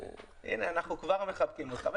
הנה, אנחנו כבר מכבדים אותך.